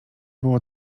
było